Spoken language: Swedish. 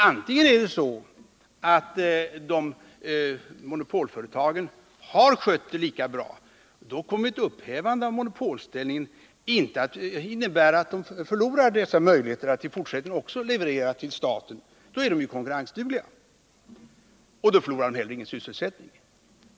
Antingen är det så att monopolföretagen har skött upphandlingen lika bra. I så fall kan ett upphävande av monopolställningen inte innebära att de förlorar möjligheterna att även i fortsättningen leverera till staten. Då är de konkurrensdugliga, och då förlorar de ju heller ingen sysselsättning.